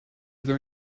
there